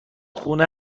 خونه